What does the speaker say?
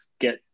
get